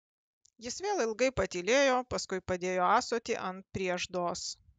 jis vėl ilgai patylėjo paskui padėjo ąsotį ant prieždos